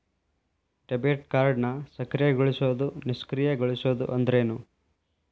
Debit ಕಾರ್ಡ್ನ ಸಕ್ರಿಯಗೊಳಿಸೋದು ನಿಷ್ಕ್ರಿಯಗೊಳಿಸೋದು ಅಂದ್ರೇನು?